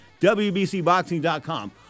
wbcboxing.com